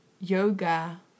yoga